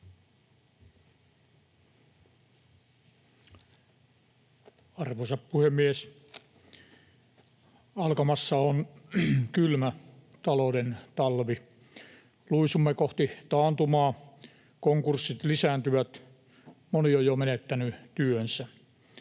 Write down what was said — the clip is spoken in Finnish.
Arvoisa puhemies! Alkamassa on kylmä talouden talvi. Luisumme kohti taantumaa. Konkurssit lisääntyvät. Moni on jo menettänyt työnsä.